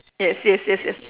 yes yes yes yes